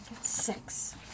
Six